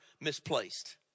misplaced